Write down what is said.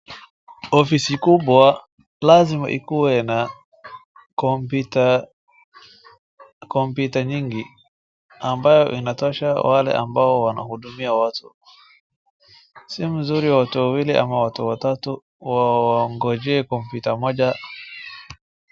Ofisi kubwa lazima ikuwe na computer nyingi ambayo inatosha wale ambao wanahudumia watu. Si mzuri watu wawili ama watu watatu waongojee computer moja.